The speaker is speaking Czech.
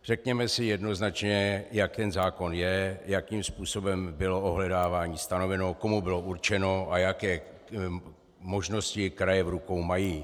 Řekněme si jednoznačně, jak ten zákon je, jakým způsobem bylo ohledávání stanoveno, komu bylo určeno a jaké možnosti kraje v rukou mají.